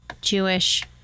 Jewish